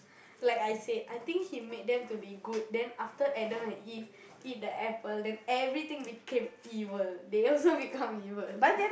like I said I think he made them to be good then after Adam and Eve eat the apple then everything became evil they also become evil